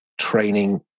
training